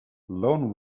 lone